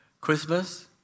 Christmas